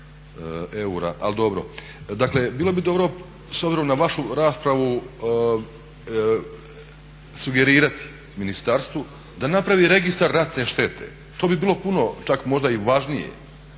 eura, ali dobro. Dakle bilo bi dobro s obzirom na vašu raspravu sugerirati ministarstvu da napravi registar ratne štete. To bi bilo puno čak možda i važnije.